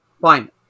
Fine